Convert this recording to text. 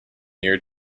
near